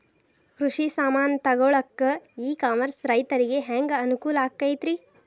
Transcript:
ಕೃಷಿ ಸಾಮಾನ್ ತಗೊಳಕ್ಕ ಇ ಕಾಮರ್ಸ್ ರೈತರಿಗೆ ಹ್ಯಾಂಗ್ ಅನುಕೂಲ ಆಕ್ಕೈತ್ರಿ?